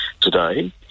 today